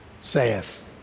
saith